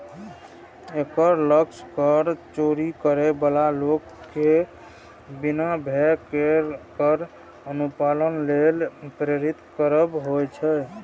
एकर लक्ष्य कर चोरी करै बला लोक कें बिना भय केर कर अनुपालन लेल प्रेरित करब होइ छै